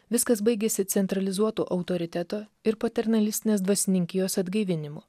viskas baigėsi centralizuoto autoriteto ir paternalistinės dvasininkijos atgaivinimu